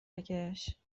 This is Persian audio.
بکش